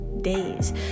days